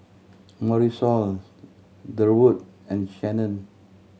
Marisol Durwood and Shannen